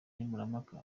nkemurampaka